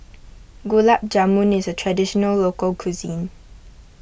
Gulab Jamun is a Traditional Local Cuisine